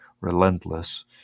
relentless